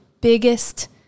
biggest